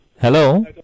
hello